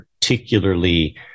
particularly